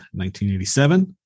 1987